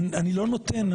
אני לא נותן.